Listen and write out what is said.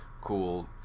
cool